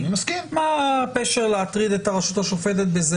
מה הפשר להטריד בזה את הרשות השופטת?